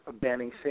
banning